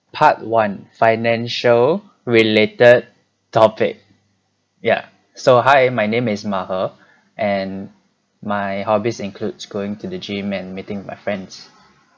part one financial related topic yeah so hi my name is ma he and my hobbies includes going to the gym and meeting my friends